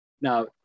Now